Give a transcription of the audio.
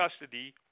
custody